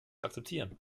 akzeptieren